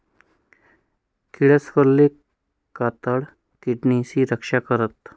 किडासवरलं कातडं किडासनी रक्षा करस